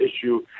issue